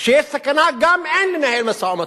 כשיש סכנה גם אין לנהל משא-ומתן.